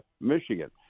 Michigan